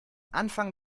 anfang